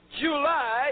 July